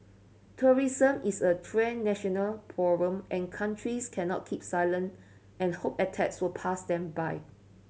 terrorism is a transnational problem and countries cannot keep silent and hope attacks will pass them by